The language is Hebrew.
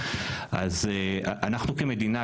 אנחנו כמדינה,